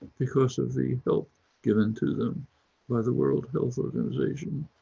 because of the help given to them by the world health organisation,